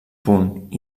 punt